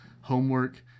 homework